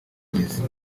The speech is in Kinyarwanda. imizi